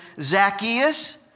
Zacchaeus